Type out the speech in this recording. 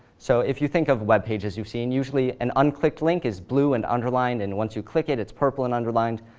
so if you think of web pages you've seen, usually an unclicked link is blue and underlined and once you click it it's purple and underlined.